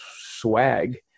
swag